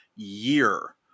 year